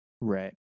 Right